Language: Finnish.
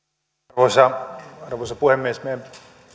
arvoisa arvoisa puhemies meidän